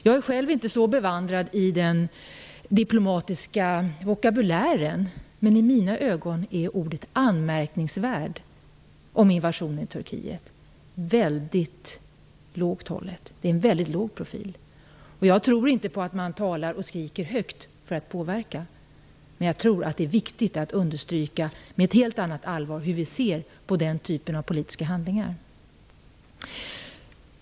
Jag är själv inte så bevandrad i den diplomatiska vokabulären, men i mina ögon är det att hålla en väldigt låg profil att använda ordet "anmärkningsvärd" om invasionen i Irak. Jag tror inte på att man talar högt och skriker för att påverka, men jag tror att det är viktigt att understryka med ett helt annat allvar hur vi ser på den typen av politiska handlingar.